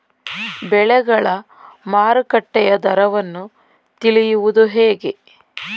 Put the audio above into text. ಬೆಳೆಗಳ ಮಾರುಕಟ್ಟೆಯ ದರವನ್ನು ತಿಳಿಯುವುದು ಹೇಗೆ?